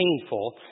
painful